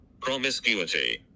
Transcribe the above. Promiscuity